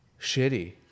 shitty